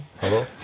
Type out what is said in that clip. Hello